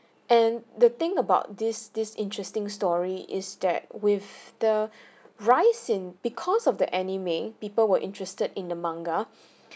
and the thing about this this interesting story is that with the rise in because of the anime people were interested in the manga